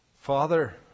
Father